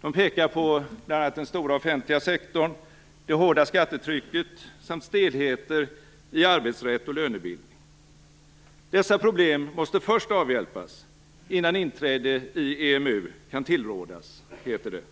De pekar på bl.a. den stora offentliga sektorn, det hårda skattetrycket samt stelheter i arbetsrätt och lönebildning. Dessa problem måste först avhjälpas, innan inträde i EMU kan tillrådas, heter det.